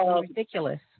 ridiculous